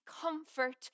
comfort